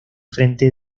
frente